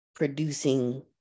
producing